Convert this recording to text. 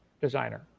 designer